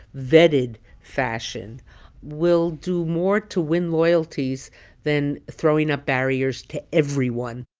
vetted fashion will do more to win loyalties than throwing up barriers to everyone